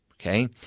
Okay